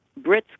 Brits